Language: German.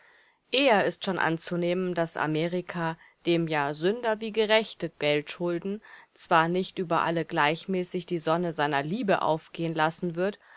eher ist schon anzunehmen daß amerika dem ja sünder wie gerechte geld schulden zwar nicht über alle gleichmäßig die sonne seiner liebe aufgehen lassen wird